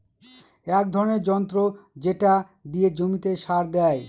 এক ধরনের যন্ত্র যেটা দিয়ে জমিতে সার দেয়